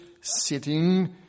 sitting